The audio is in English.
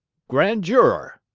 grand juror.